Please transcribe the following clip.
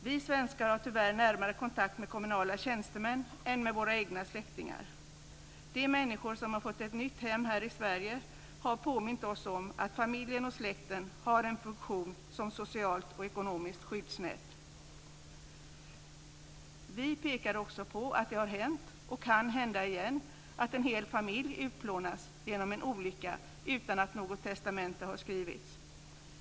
Vi svenskar har tyvärr närmare kontakt med kommunala tjänstemän än med våra egna släktingar. De människor som har fått ett nytt hem här i Sverige har påmint oss om att familjen och släkten har en funktion som socialt och ekonomiskt skyddsnät. Vi pekar också på att det har hänt, och kan hända igen, att en hel familj utplånas genom en olycka utan att något testamente har skrivits.